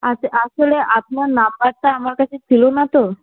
আচ্ছা আসলে আপনার নাম্বারটা আমার কাছে ছিল না তো